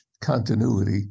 continuity